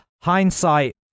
hindsight